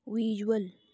visual